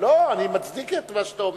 אני מצדיק את מה שאתה אומר.